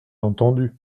entendu